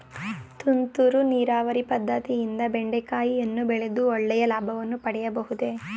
ತುಂತುರು ನೀರಾವರಿ ಪದ್ದತಿಯಿಂದ ಬೆಂಡೆಕಾಯಿಯನ್ನು ಬೆಳೆದು ಒಳ್ಳೆಯ ಲಾಭವನ್ನು ಪಡೆಯಬಹುದೇ?